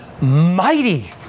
mighty